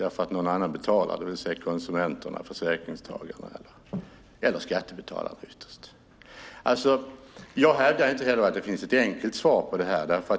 Det är ju någon annan, det vill säga konsumenterna, försäkringstagarna eller ytterst skattebetalarna, som betalar. Jag hävdar inte heller att det finns ett enkelt svar på detta.